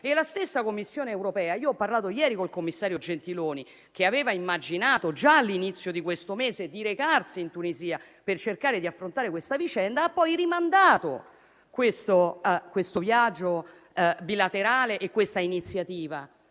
la stessa Commissione europea - ho parlato ieri con il commissario Gentiloni, che aveva immaginato già all'inizio di questo mese di recarsi in Tunisia per cercare di affrontare la vicenda - ha poi rimandato il viaggio bilaterale e l'iniziativa.